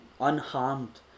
unharmed